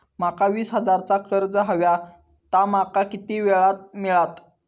माका वीस हजार चा कर्ज हव्या ता माका किती वेळा क मिळात?